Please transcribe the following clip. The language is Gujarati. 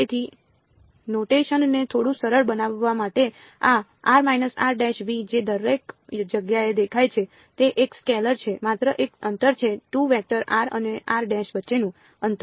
તેથી નોટેશનને થોડું સરળ બનાવવા માટે આ જે દરેક જગ્યાએ દેખાય છે તે એક સ્કેલર છે માત્ર એક અંતર છે 2 વેક્ટર r અને વચ્ચેનું અંતર